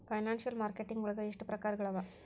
Financial marketing ವಳಗ ಎಷ್ಟ್ ಪ್ರಕ್ರಾರ್ಗಳವ?